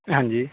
ਹਾਂਜੀ